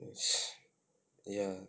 yeah